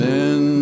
Men